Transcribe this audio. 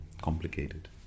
complicated